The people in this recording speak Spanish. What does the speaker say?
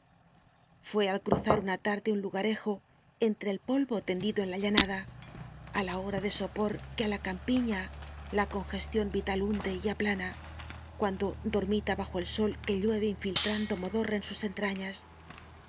fué al cruzar una tarde un iugarejo entre el polvo tendido en la llanada á la hora de sopor que á la campiña la congestión vital hunde y aplana cuando dormita bajo el sol que llueve infiltrando modorra en sus entrañas